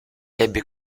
ebbe